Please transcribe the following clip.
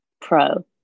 pro